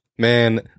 Man